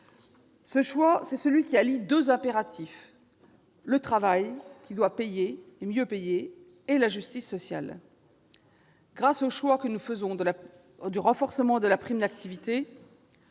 la prime d'activité allie deux impératifs : le travail, qui doit mieux payer, et la justice sociale. Grâce au choix que nous faisons d'un renforcement de la prime d'activité,